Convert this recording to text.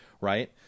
Right